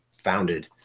founded